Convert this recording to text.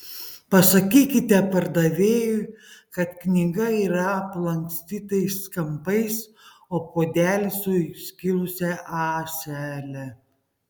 pasakykite pardavėjui kad knyga yra aplankstytais kampais o puodelis su įskilusia ąsele